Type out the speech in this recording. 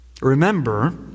Remember